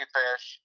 fish